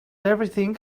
everything